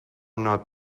not